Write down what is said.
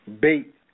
bait